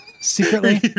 Secretly